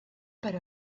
per